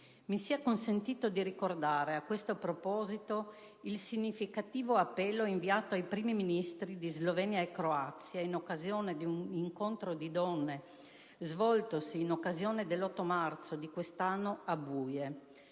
Mi sia consentito ricordare a questo proposito il significativo appello inviato ai Primi Ministri di Slovenia e Croazia nell'ambito di un incontro di donne svoltosi in occasione dell'8 marzo di quest'anno a Buje.